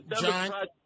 John